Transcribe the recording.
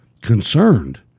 concerned